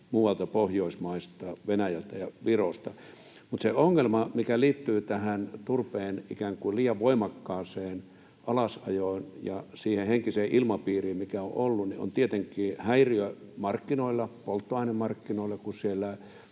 muualta Pohjoismaista, Venäjältä ja Virosta. Se ongelma, mikä liittyy tähän turpeen ikään kuin liian voimakkaaseen alasajoon ja siihen henkiseen ilmapiiriin, mikä on ollut, on tietenkin häiriö markkinoilla, polttoainemarkkinoilla. Kun siellä